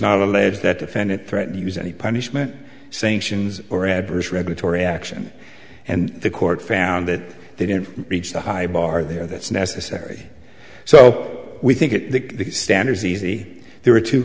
not allege that defendant threatened use any punishment saying sions or ebers regulatory action and the court found that they didn't reach the high bar there that's necessary so we think that the standards easy there are two